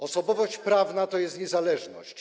Osobowość prawna to jest niezależność.